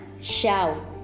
shout